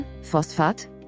Phosphat